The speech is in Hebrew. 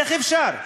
איך אפשר?